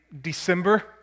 December